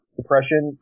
depression